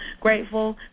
grateful